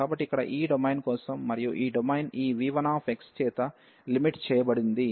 కాబట్టి ఇక్కడ ఈ డొమైన్ కోసం మరియు ఈ డొమైన్ ఈ v1చేత లిమిట్ చేయబడింది